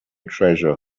treasure